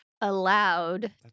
allowed